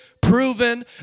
proven